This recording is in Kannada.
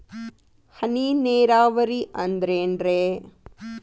ಹನಿ ನೇರಾವರಿ ಅಂದ್ರೇನ್ರೇ?